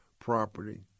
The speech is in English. property